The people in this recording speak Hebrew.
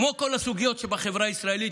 כמו כל הסוגיות בחברה הישראלית,